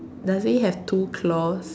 does he have two claws